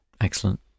excellent